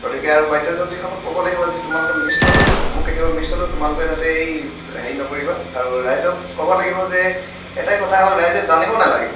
গতিকে আৰু বাদ্যযন্ত্ৰীখনক ক'ব লাগিব আজি তোমালোকে মিছ নকৰিবা মোক কেতিয়াবা মিছ হ'লেও তোমালোকে যাতে এই হেৰি নকৰিবা আৰু ৰাইজক ক'ব লাগিব যে এটাই কথা হ'ল ৰাইজে জানিব নালাগে